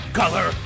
color